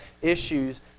issues